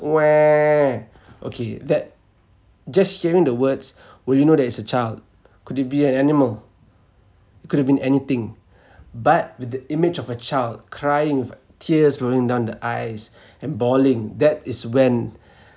!whoa! okay that just hearing the words will you know that is a child could it be an animal it could have been anything but with the image of a child crying tears rolling down the eyes and bawling that is when